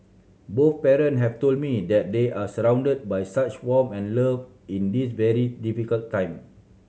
both parent have told me that they are surrounded by such warmth and love in this very difficult time